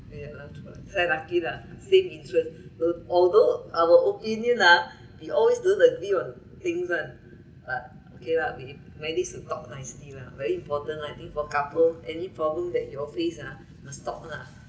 ya lah true lah try lucky lah same interests will although our opinion ah we always don't agree on things ah but okay lah we managed to talk nicely lah very important I think for couple any problem that you all face ah must talk lah